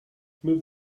move